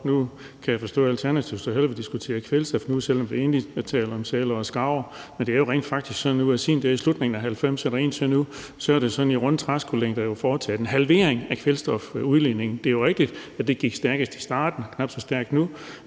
Nu kan jeg forstå, at Alternativet så hellere vil diskutere kvælstof nu, selv om vi egentlig taler om sæler og skarver, men det er jo rent faktisk sådan, at siden slutningen af 1990'erne og indtil nu er der sådan i runde træskolængder jo foretaget en halvering af kvælstofudledningen. Det er rigtigt, at det gik stærkest i starten, knap så stærkt nu,